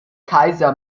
kaiser